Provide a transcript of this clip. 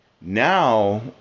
now